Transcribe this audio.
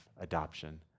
adoption